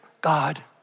God